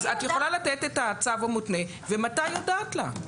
אז את יכולה לתת את הצו המותנה ומתי הודעת לה.